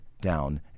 down